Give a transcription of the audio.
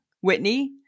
Whitney